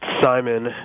Simon